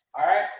alright?